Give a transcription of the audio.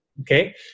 Okay